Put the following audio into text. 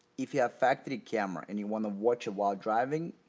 if you have factory camera and you want to watch it while driving,